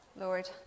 Lord